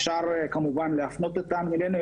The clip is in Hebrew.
אפשר כמובן להפנות אותן אלינו.